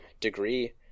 degree